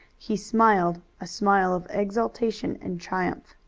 he smiled a smile of exultation and triumph.